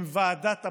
הם ועדת הבחירות,